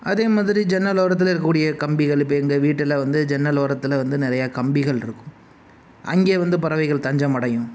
அதேமாதிரி ஜன்னல் ஓரத்தில் இருக்கக்கூடிய கம்பிகள் இப்போ எங்கள் வீட்டில் வந்து ஜன்னல் ஓரத்தில் வந்து நிறையா கம்பிகள் இருக்கும் அங்கே வந்து பறவைகள் தஞ்சம் அடையும்